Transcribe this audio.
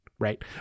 Right